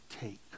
take